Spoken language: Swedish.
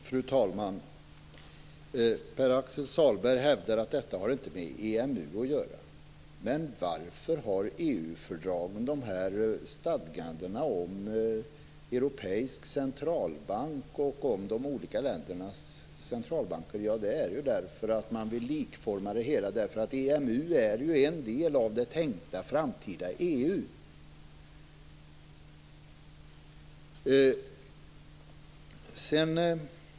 Fru talman! Pär-Axel Sahlberg hävdar att detta inte har med EMU att göra. Men varför har EU fördragen dessa stadganden om en europeisk centralbank och om de olika centralbanker? Jo, det är ju därför att man vill likforma det hela. EMU är en del av det tänkta framtida EU.